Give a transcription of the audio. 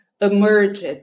emerged